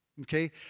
okay